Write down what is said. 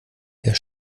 der